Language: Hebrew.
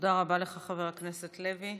תודה רבה לך, חבר הכנסת לוי.